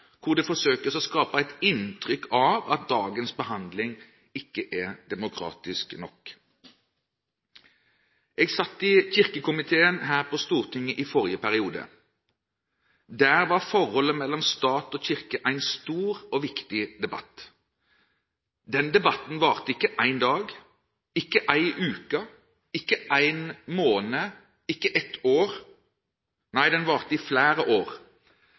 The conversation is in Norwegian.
hvor det forsøkes å skape et inntrykk av at dagens behandling ikke er demokratisk nok. Jeg satt i kirke-, utdannings- og forskningskomiteen på Stortinget i forrige periode. Der var forholdet mellom stat og kirke en stor og viktig debatt. Denne debatten varte ikke én dag, ikke én uke, ikke én måned, ikke ett år – nei, den varte i flere år.